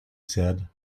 said